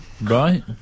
Right